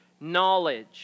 knowledge